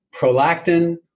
prolactin